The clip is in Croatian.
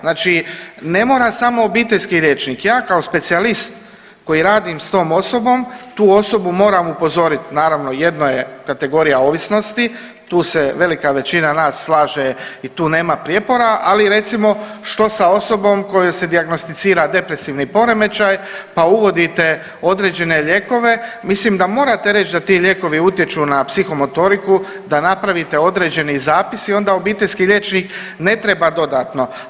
Znači ne mora samo obiteljski liječnik, ja kao specijalist koji radim s tom osobom tu osobu moram upozoriti naravno jedno je kategorija ovisnosti tu se velika većina nas slaže i tu nema prijepora, ali i recimo što sa osobom kojoj se dijagnosticira depresivni poremećaj, pa uvodite određene lijekove mislim da morate reći da ti lijekovi utječu na psihomotoriku, da napravite određeni zapis i onda obiteljski liječnik ne treba dodatno.